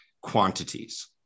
quantities